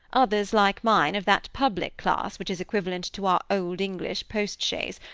others, like mine, of that public class which is equivalent to our old english post-chaise,